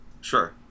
Sure